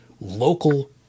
local